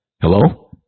Hello